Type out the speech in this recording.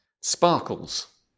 sparkles